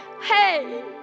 hey